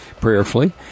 prayerfully